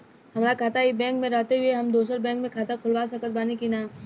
हमार खाता ई बैंक मे रहते हुये हम दोसर बैंक मे खाता खुलवा सकत बानी की ना?